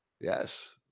yes